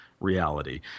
reality